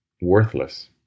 worthless